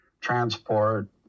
transport